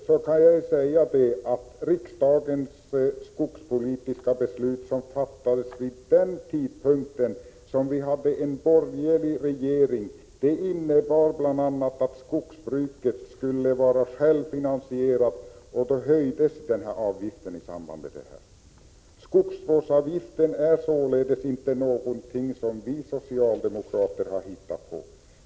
Jag kan säga att riksdagens skogspolitiska beslut, som fattades vid den tidpunkten då vi hade borgerlig regering, innebar bl.a. att skogsbruket skulle vara självfinansierat. I samband med detta höjdes denna avgift. Skogsvårdsavgiften är således inte någonting som vi socialdemokrater har hittat på.